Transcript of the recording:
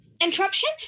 Interruption